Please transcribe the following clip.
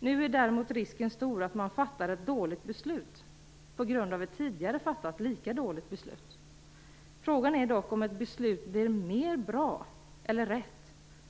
Nu är däremot risken stor att man fattar ett dåligt beslut på grund av ett tidigare fattat lika dåligt beslut. Frågan är dock om ett beslut blir mer rätt